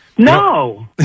No